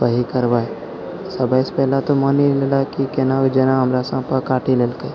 वएह करबै सबसँ पहिले तऽ मानि लेलऽ कि कोना जेना हमरा साँपि काटि लेलकै